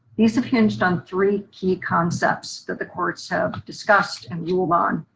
these have hinged on three key concepts that the courts have discussed and ruled on.